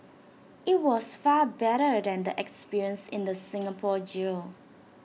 IT was far better than the experience in the Singapore jail